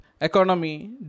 economy